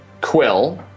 Quill